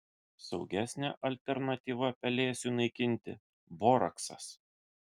saugesnė alternatyva pelėsiui naikinti boraksas